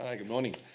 ah good morning.